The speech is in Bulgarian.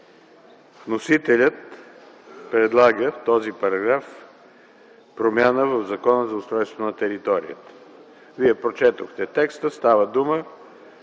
Вносителят предлага този параграф за промяна в Закона за устройство на територията. Вие прочетохте текста, става дума